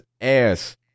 ass